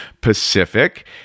Pacific